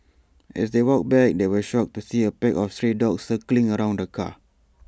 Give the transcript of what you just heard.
as they walked back they were shocked to see A pack of stray dogs circling around the car